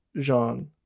Jean